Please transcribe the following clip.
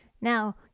now